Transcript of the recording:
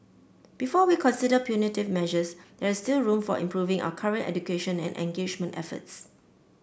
before we consider punitive measures there is still room for improving our current education and engagement efforts